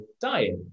diet